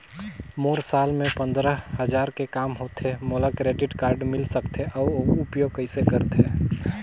मोर साल मे पंद्रह हजार ले काम होथे मोला क्रेडिट कारड मिल सकथे? अउ उपयोग कइसे करथे?